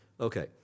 Okay